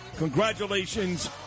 Congratulations